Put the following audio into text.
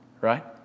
Right